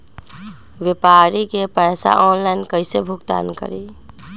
व्यापारी के पैसा ऑनलाइन कईसे भुगतान करी?